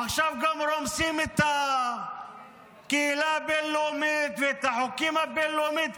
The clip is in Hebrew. עכשיו גם רומסים את הקהילה הבין-לאומית ואת החוקים הבין-לאומיים,